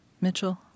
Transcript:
Mitchell